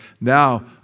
Now